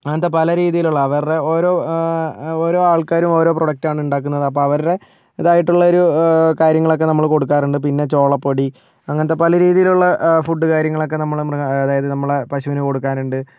അങ്ങനത്തെ പല രീതിയിലുള്ള അവരുടെ ഓരോ ഓരോ ആൾക്കാരും ഓരോ പ്രോഡക്റ്റ് ആണ് ഉണ്ടാക്കുന്നത് അപ്പോൾ അവരുടെ ഇതായിട്ടുള്ളൊരു കാര്യങ്ങളൊക്കേ നമ്മള് കൊടുക്കാറുണ്ട് പിന്നേ ചോളപ്പൊടി അങ്ങനത്തെ പലരീതിയിലുള്ള ഫുഡ് കാര്യങ്ങളൊക്കേ നമ്മള് നമ്മടെയായുള്ള അതായത് നമ്മുടെ പശുവിന് കൊടുക്കാനുണ്ട് പിന്നേ